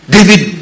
David